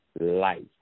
life